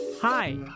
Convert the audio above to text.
Hi